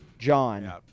John